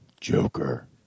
Joker